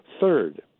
Third